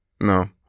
no